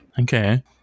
Okay